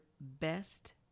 best